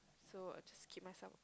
so just keep myself